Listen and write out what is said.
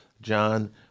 John